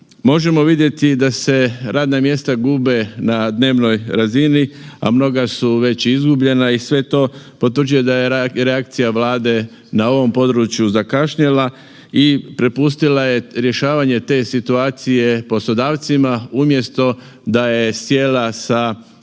Možemo vidjeti da se radna mjesta gube na dnevnoj razini, a mnoga su već izgubljena i sve to potvrđuje da je reakcija Vlade na ovom području zakašnjela i prepustila je rješavanje te situacije poslodavcima, umjesto da je sjela sa